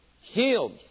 Healed